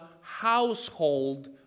household